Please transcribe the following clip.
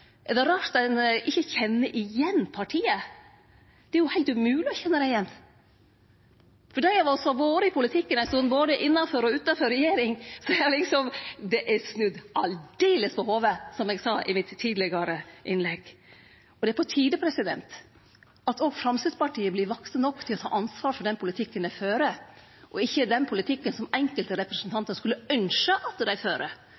Er det rart at ein ikkje kjenner igjen partiet? Det er jo heilt umogleg å kjenne det igjen. For dei av oss som har vore med i politikken ei stund, både innanfor og utanfor regjering, så er partiet snutt aldeles på hovudet, som eg sa i mitt tidlegare innlegg. Det er på tide at òg Framstegspartiet vert vakse nok til å ta ansvar for den politikken dei fører, ikkje den politikken enkelte representantar skulle ynskje at dei fører – som om dei